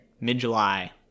mid-July